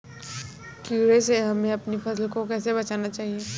कीड़े से हमें अपनी फसल को कैसे बचाना चाहिए?